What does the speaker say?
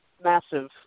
Massive